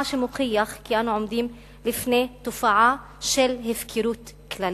מה שמוכיח כי אנו עומדים בפני תופעה של הפקרות כללית.